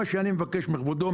מה שאני מבקש מכבודו,